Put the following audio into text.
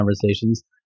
conversations